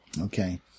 Okay